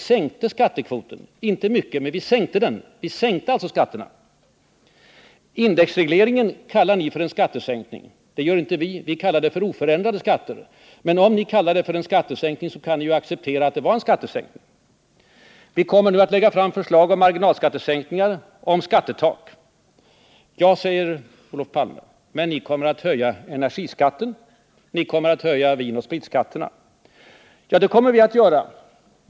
Vi sänkte skattekvoten - inte mycket, men vi sänkte skatterna. Indexregleringen kallar ni för en skattesänkning. Det gör inte vi. Vi kallar det för oförändrad skatt. Men om ni vill kalla den för en skattesänkning, så kan ni ju acceptera att det var en skattesänkning. Vi kommer att lägga fram förslag om marginalskattesänkningar och om skattetak. Ja, säger Olof Palme, men ni kommer att höja energiskatten, ni kommer att höja vinoch spritskatterna. Ja, det kommer vi att göra.